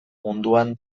munduan